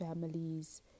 families